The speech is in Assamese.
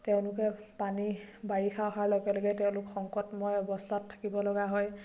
তেওঁলোকে পানী বাৰিষা অহাৰ লগে লগে তেওঁলোক সংকটময় অৱস্থাত থাকিব লগা হয়